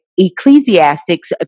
Ecclesiastics